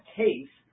case